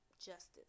justice